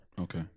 Okay